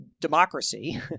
democracy